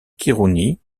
khirouni